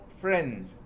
friends